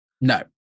No